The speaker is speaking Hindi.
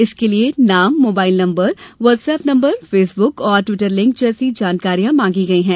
इसके लिये नाम मोबाइल नम्बरवाटसअप नम्बर फेसब्क और टिवटर लिंक जैसी जानकारियां मांगी गई है